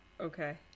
Okay